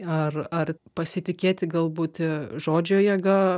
ar ar pasitikėti galbūt žodžio jėga